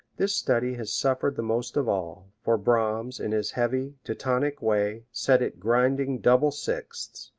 this study has suffered the most of all, for brahms, in his heavy, teutonic way, set it grinding double sixths,